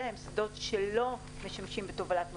הם שדות שלא משמשים לתובלת נוסעים,